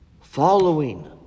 following